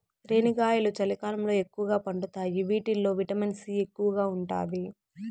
రేణిగాయాలు చలికాలంలో ఎక్కువగా పండుతాయి వీటిల్లో విటమిన్ సి ఎక్కువగా ఉంటాది